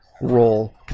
role